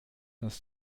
dass